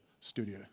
studio